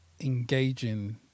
engaging